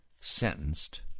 sentenced